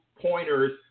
pointers